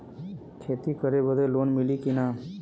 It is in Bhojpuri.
खेती करे बदे लोन मिली कि ना?